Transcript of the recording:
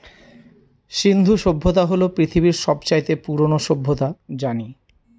সিন্ধু সভ্যতা হল পৃথিবীর সব চাইতে পুরোনো সভ্যতা জানি